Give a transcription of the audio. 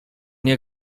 nie